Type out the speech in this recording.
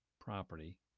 property